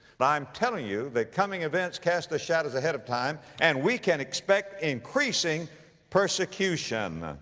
but i'm telling you that coming events cast their shadows ahead of time and we can expect increasing persecution.